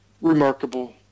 remarkable